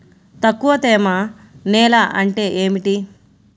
తక్కువ తేమ నేల అంటే ఏమిటి?